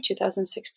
2016